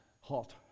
hot